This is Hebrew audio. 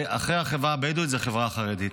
ואחרי החברה הבדואית זו החברה החרדית,